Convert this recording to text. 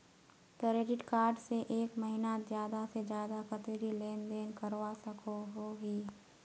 Credit card से एक महीनात ज्यादा से ज्यादा कतेरी लेन देन करवा सकोहो ही?